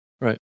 Right